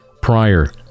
prior